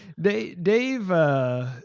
Dave